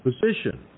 position